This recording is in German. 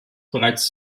bereits